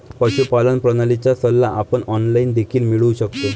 पशुपालन प्रणालीचा सल्ला आपण ऑनलाइन देखील मिळवू शकतो